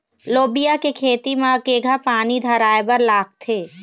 लोबिया के खेती म केघा पानी धराएबर लागथे?